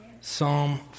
Psalm